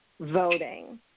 voting